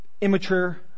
immature